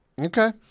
Okay